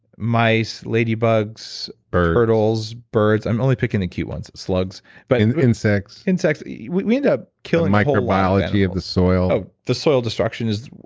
mice, ladybugs, turtles, birds. i'm only picking the cute ones, slugs but insects insects yeah we we ended up killing microbiology of the soil oh the soil destruction is.